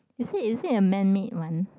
is it is it a man made [one]